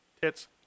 Tits